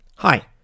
Hi